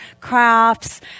crafts